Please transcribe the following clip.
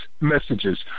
messages